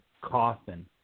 coffin